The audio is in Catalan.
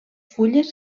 fulles